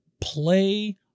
Play